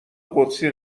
قدسی